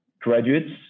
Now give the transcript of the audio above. graduates